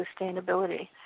sustainability